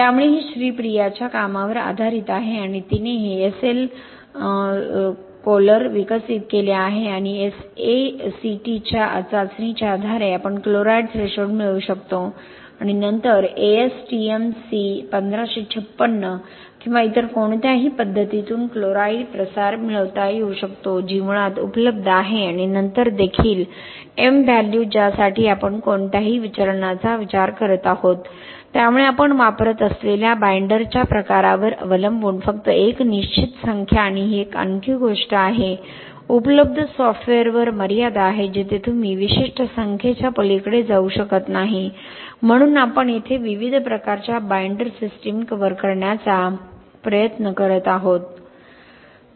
त्यामुळे हे श्रीप्रियाच्या कामावर आधारित आहे आणि तिने हे SL chlor विकसित केले आहे आणि sACT चाचणीच्या आधारे आपण क्लोराईड थ्रेशोल्ड मिळवू शकतो आणि नंतर ASTM C1556 किंवा इतर कोणत्याही पद्धतीतून क्लोराईड प्रसार मिळवता येऊ शकतो जी मुळात उपलब्ध आहे आणि नंतर देखील एम व्हॅल्यू ज्यासाठी आपण कोणत्याही विचलनाचा विचार करत आहोत त्यामुळे आपण वापरत असलेल्या बाईंडरच्या प्रकारावर अवलंबून फक्त एक निश्चित संख्या आणि ही आणखी एक गोष्ट आहे उपलब्ध सॉफ्टवेअरवर मर्यादा आहेत जिथे तुम्ही विशिष्ट संख्येच्या पलीकडे जाऊ शकत नाही म्हणून आपण येथे विविध प्रकारच्या बाईंडर सिस्टम कव्हर करण्याचा प्रयत्न करत आहे